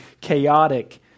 chaotic